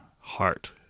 heart